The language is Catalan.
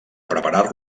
preparar